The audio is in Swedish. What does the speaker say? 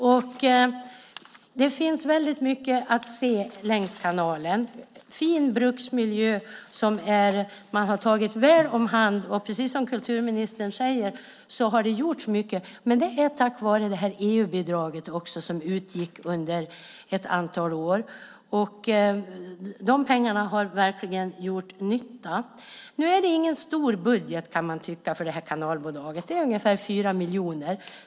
Och det finns väldigt mycket att se längs kanalen - fin bruksmiljö som man har tagit väl om hand. Precis som kulturministern säger har det gjorts mycket, men det var tack vare det EU-bidrag som utgick under ett antal år. De pengarna har verkligen gjort nytta. Nu är det ingen stor budget för det här kanalbolaget, kan man tycka. Det rör sig om ungefär 4 miljoner.